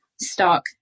stock